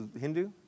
Hindu